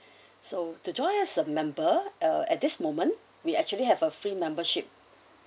so to join as a member uh at this moment we actually have a free membership